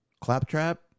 Claptrap